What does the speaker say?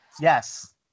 Yes